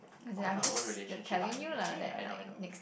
and our own relationship dynamic ya I know I know